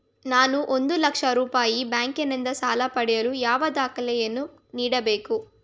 ನಾನು ಒಂದು ಲಕ್ಷ ರೂಪಾಯಿ ಬ್ಯಾಂಕಿನಿಂದ ಸಾಲ ಪಡೆಯಲು ಯಾವ ದಾಖಲೆಗಳನ್ನು ನೀಡಬೇಕು?